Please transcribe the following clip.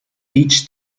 each